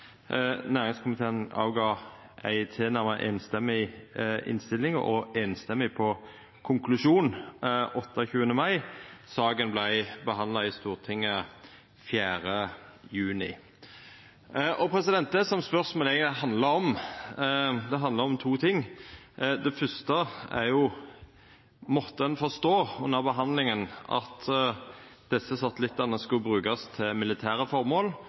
Næringskomiteen la fram ei tilnærma samrøystes innstilling – samrøystes i konklusjon – 28. mai. Saka vart behandla i Stortinget 4. juni. Dette handlar eigentleg om to ting. Det fyrste spørsmålet er: Måtte ein under behandlinga forstå at desse satellittane skulle brukast til militære formål